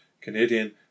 Canadian